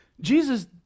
Jesus